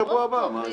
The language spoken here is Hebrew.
יש גם שבוע הבא.